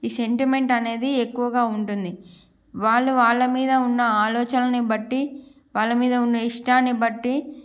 ఈ సెంటిమెంట్ అనేది ఎక్కువగా ఉంటుంది వాళ్ళు వాళ్ళ మీద ఉన్న ఆలోచనను బట్టి వాళ్ళ మీద ఉన్న ఇష్టాన్ని బట్టి